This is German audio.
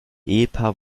ehepaar